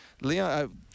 Leon